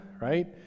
right